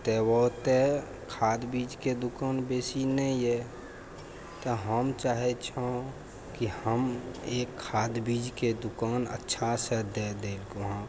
तब ओतय खाद बीज के दोकान बैसी नहिए तऽ हम चाहै छौं कि हम एक खाद बीजके दोकान अच्छासँ दए दै यहाँ